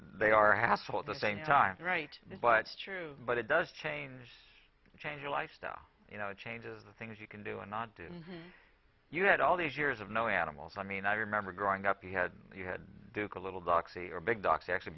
they are a hassle at the same time right there but it's true but it does change to change your lifestyle you know it changes the things you can do and not do you had all these years of no animals i mean i remember growing up you had you had a little doxy or big box actually